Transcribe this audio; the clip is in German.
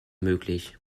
möglich